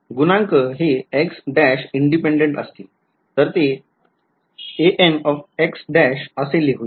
तर ते असे लिहूया